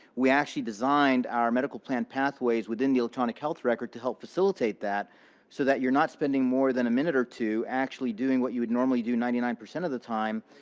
we actually designed our medical plan pathways within the electronic health record to help facilitate that so that you're not spending more than a minute or two actually doing what you would normally do ninety nine percent of the time,